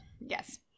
yes